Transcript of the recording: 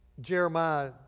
Jeremiah